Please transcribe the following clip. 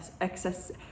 excess